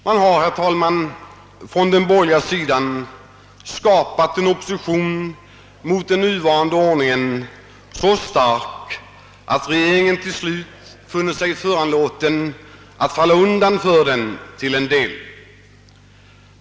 Man har, herr talman, från den borgerliga sidan skapat en opposition mot den nuvarande ordningen, så stark, att regeringen till slut fun nit sig föranlåten att falla undan för den till en del.